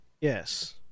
yes